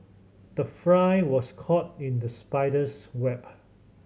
the fly was caught in the spider's web